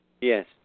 Yes